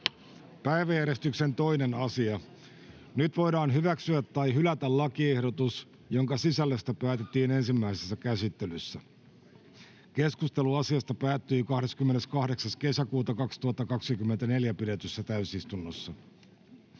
päiväjärjestyksen 2. asia. Nyt voidaan hyväksyä tai hylätä lakiehdotus, jonka sisällöstä päätettiin ensimmäisessä käsittelyssä. Keskustelu asiasta päättyi 28.6.2024 pidetyssä täysistunnossa